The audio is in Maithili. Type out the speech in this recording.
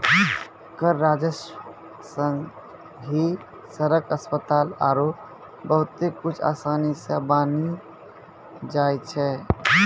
कर राजस्व सं ही सड़क, अस्पताल आरो बहुते कुछु आसानी सं बानी जाय छै